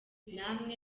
namwe